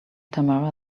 tamara